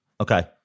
Okay